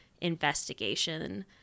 investigation